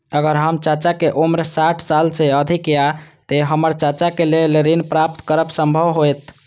अगर हमर चाचा के उम्र साठ साल से अधिक या ते हमर चाचा के लेल ऋण प्राप्त करब संभव होएत?